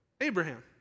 Abraham